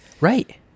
right